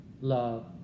love